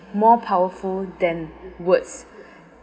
more powerful than words